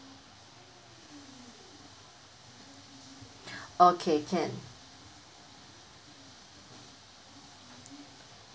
okay can